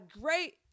great